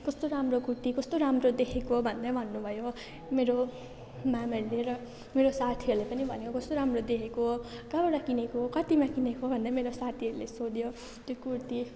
कस्तो राम्रो कुर्ती कस्तो राम्रो देखेको भन्दै भन्नुभयो मेरो मेमहरूले मेरो साथीहरूले पनि भन्यो कस्तो राम्रो देखेको कहाँबाट किनेको कतिमा किनेको भन्दै मेरो साथीहरूले सोध्यो त्यो कुर्ती